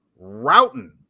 routing